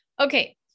Okay